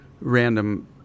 random